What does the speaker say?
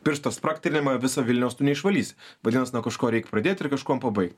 piršto spragtelėjimą viso vilniaus tu neišvalysi vadinasi nuo kažko reik pradėt ir kažkuom pabaigt